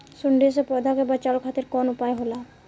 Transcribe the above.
सुंडी से पौधा के बचावल खातिर कौन उपाय होला?